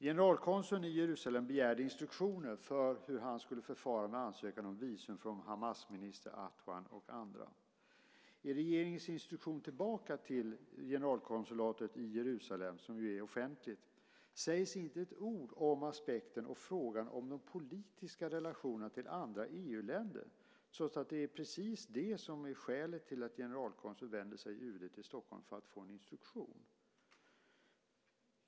Generalkonsuln i Jerusalem begärde instruktioner för hur han skulle förfara med ansökan om visum från Hamasminister Adwan och andra. I regeringens instruktion tillbaka till generalkonsulatet i Jerusalem, som ju är offentlig, sägs inte ett ord om aspekten och frågan om de politiska relationerna till andra EU-länder, trots att det är precis det som är skälet till att generalkonsuln vänder sig till UD i Stockholm för att få en instruktion.